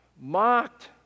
mocked